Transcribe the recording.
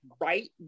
right